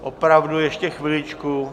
Opravdu ještě chviličku.